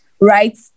right